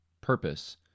purpose